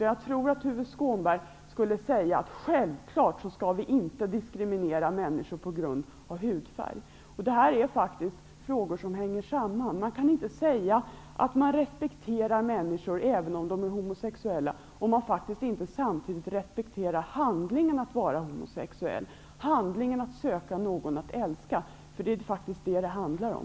Jag tror att Tuve Skånberg i stället skulle säga: Självklart skall vi inte diskriminera människor på grund av hudfärd. Dessa frågor hänger faktiskt samman. Man kan inte säga att man respekterar människor även om de är homosexuella, om man faktiskt inte samtidigt respekterar handlingen att vara homosexuell, handlingen att söka någon att älska. Det är faktiskt vad det handlar om.